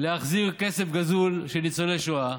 להחזיר כסף גזול של ניצולי שואה